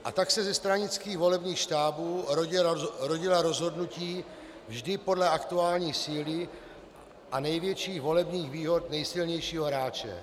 A tak se ze stranických volebních štábů rodila rozhodnutí vždy podle aktuální síly a největších volebních výhod nejsilnějšího hráče.